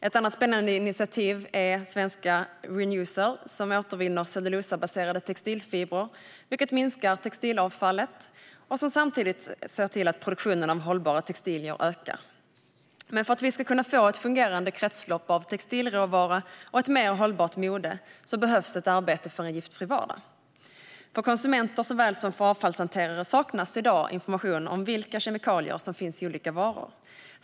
Ett annat spännande initiativ är svenska Renewcell som återvinner cellulosabaserade textilfibrer, vilket minskar textilavfallet och samtidigt ser till att produktionen av hållbara textilier ökar. Men för att vi ska kunna få ett fungerande kretslopp av textilråvara och ett mer hållbart mode behövs arbete för en giftfri vardag. För såväl konsumenter som avfallshanterare saknas i dag information om vilka kemikalier som finns i olika varor.